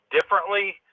differently